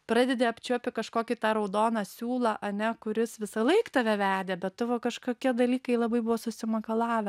pradedi apčiuopi kažkokį tą raudoną siūlą ane kuris visąlaik tave vedė bet tavo kažkokie dalykai labai buvo susimakalavę